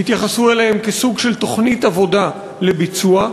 התייחסו אליהן כסוג של תוכנית עבודה לביצוע?